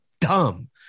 dumb